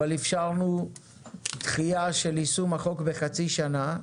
אבל אפשרנו דחייה של יישום החוק בחצי שנה.